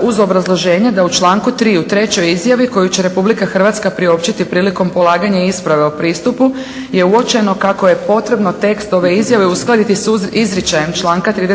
uz obrazloženje da u članku 3. u trećoj izjavi koju će Republika Hrvatska priopćiti prilikom polaganje isprave o pristupu je uočeno kako je potrebno tekst ove izjave uskladiti sa izričajem članka 39.